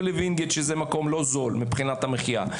לווינגייט שזה מקום לא זול מבחינת המחיה.